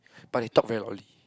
but he talk very loudly